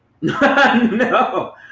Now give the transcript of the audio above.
No